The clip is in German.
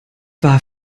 war